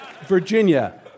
Virginia